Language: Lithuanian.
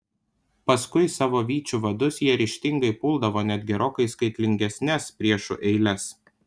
paskui savo vyčių vadus jie ryžtingai puldavo net gerokai skaitlingesnes priešų eiles